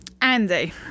andy